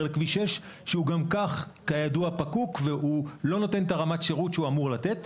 לכביש 6 שגם כך הוא פקוק והוא לא נותן את רמת השירות שהוא אמור לתת.